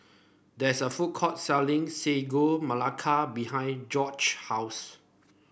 there is a food court selling Sagu Melaka behind Jorge house